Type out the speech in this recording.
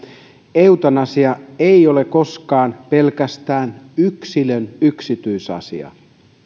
eutanasia ei ole koskaan pelkästään yksilön yksityisasia